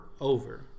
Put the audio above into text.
Over